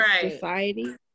society